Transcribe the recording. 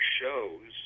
shows